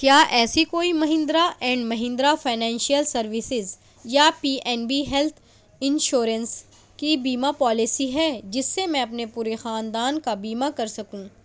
کیا ایسی کوئی Mahindra and Mahindra financial services یا P N B health insurance کی بیمہ پالیسی ہے جس سے میں اپنے پورے خاندان کا بیمہ کر سکوں